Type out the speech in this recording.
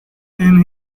and